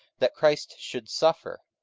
that christ should suffer,